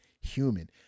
human